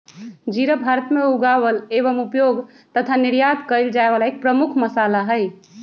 जीरा भारत में उगावल एवं उपयोग तथा निर्यात कइल जाये वाला एक प्रमुख मसाला हई